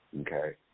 Okay